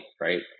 right